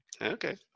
okay